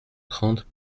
trente